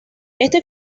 este